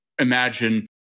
imagine